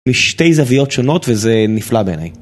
משתי זוויות שונות וזה נפלא בעיניי.